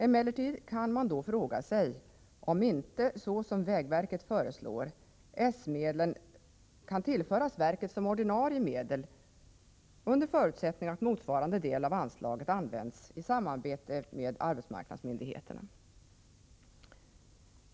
Emellertid kan man då fråga sig om inte — såsom vägverket föreslår — sysselsättningsmedlen kan tillföras verket som ordinarie medel under förutsättning att motsvarande del av anslaget används i samarbete med arbetsmarknadsmyndigheterna.